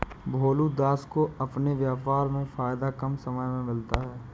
भोलू दास को अपने व्यापार में फायदा कम समय में मिलता है